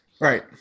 right